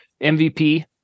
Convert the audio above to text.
MVP